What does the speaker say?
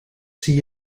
zie